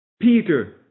Peter